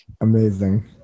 amazing